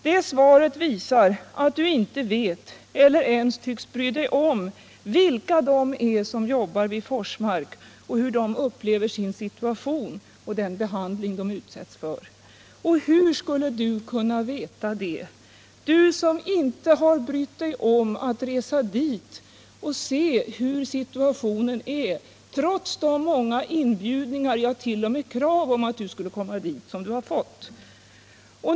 Det svaret visar att du inte vet eller ens tycks bry dig om vilka de är som jobbar vid Forsmark och hur de upplever sin situation och den behandling de utsätts för. Och hur skulle du kunna veta det, du som inte har brytt dig om att resa dit och se hur situationen är, trots de många inbjudningar — ja, t.o.m. krav — du fått att komma dit?